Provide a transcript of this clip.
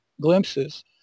glimpses